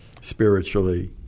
Spiritually